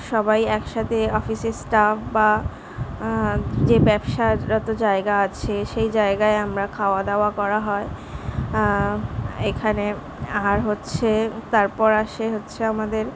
সবাই একসাথে অফিসের স্টাফ বা যে ব্যবসার এত জায়গা আছে সেই জায়গায় আমরা খাওয়া দাওয়া করা হয় এখানে আর হচ্ছে তারপর আসে হচ্ছে আমাদের